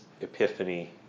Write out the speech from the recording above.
epiphany